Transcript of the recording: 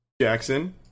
Jackson